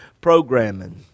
programming